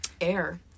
Air